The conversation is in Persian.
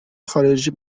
خارجی